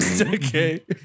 Okay